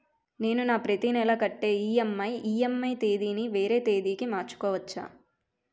నేను నా ప్రతి నెల కట్టే ఈ.ఎం.ఐ ఈ.ఎం.ఐ తేదీ ని వేరే తేదీ కి మార్చుకోవచ్చా?